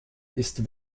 ist